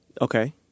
okay